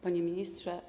Panie Ministrze!